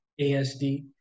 ASD